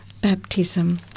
baptism